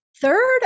third